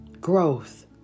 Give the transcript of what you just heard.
growth